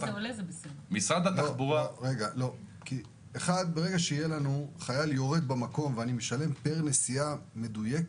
ברגע שיש חייל שיורד ואני משלם פר נסיעה מדויקת,